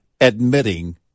admitting